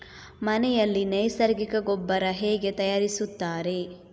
ಮನೆಯಲ್ಲಿ ನೈಸರ್ಗಿಕ ಗೊಬ್ಬರ ಹೇಗೆ ತಯಾರಿಸುತ್ತಾರೆ?